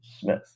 Smith